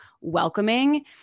welcoming